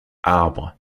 arbres